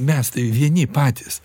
mes tai vieni patys